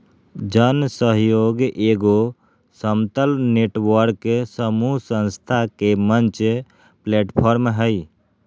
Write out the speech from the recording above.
जन सहइोग एगो समतल नेटवर्क समूह संस्था के मंच प्लैटफ़ार्म हइ